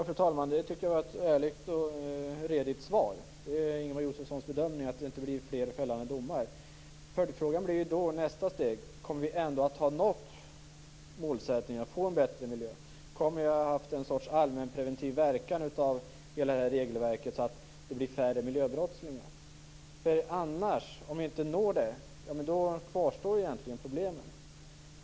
Fru talman! Det var ett ärligt och redigt svar. Det är Ingemar Josefssons bedömning att det inte blir fler fällande domar. Följdfrågan blir då: Kommer vi att i nästa steg ändå ha nått målsättningen att få en bättre miljö? Kommer vi att ha fått en sorts allmänpreventiv verkan av hela regelverket så att det blir färre miljöbrottslingar? Om vi inte når det kvarstår egentligen problemen.